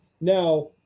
Now